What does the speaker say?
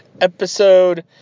episode